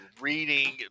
reading